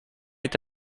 est